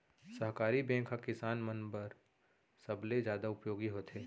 सहकारी बैंक ह किसान मन बर सबले जादा उपयोगी होथे